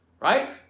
Right